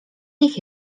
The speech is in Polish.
nich